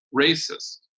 racist